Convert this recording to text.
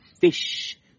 fish